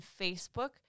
Facebook